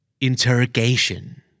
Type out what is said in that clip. Interrogation